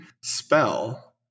spell